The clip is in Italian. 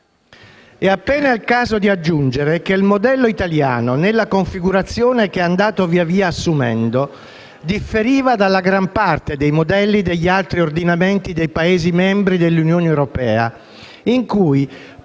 «È appena il caso di aggiungere che il modello italiano, nella configurazione che è andata via via assumendo, differiva dalla gran parte dei modelli degli altri ordinamenti dei Paesi membri dell'Unione europea, in cui,